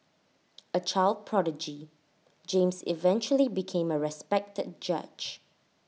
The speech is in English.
A child prodigy James eventually became A respected judge